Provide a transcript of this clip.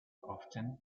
often